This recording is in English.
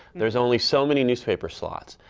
there is only so many newspaper slots,